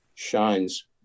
Shines